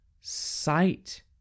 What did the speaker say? sight